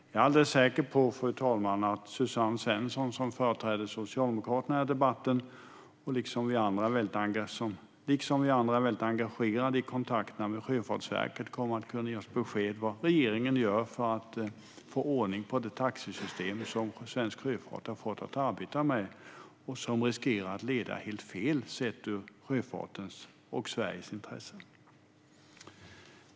Jag är alldeles säker på att Suzanne Svensson, som företräder Socialdemokraterna i debatten, liksom vi andra är väldigt engagerad i att kontakterna med Sjöfartsverket kommer att kunna ge oss besked om vad regeringen gör för att få ordning på det taxesystem som svensk sjöfart har fått att arbeta med och som riskerar att leda helt fel sett ur sjöfartens och Sveriges intressen.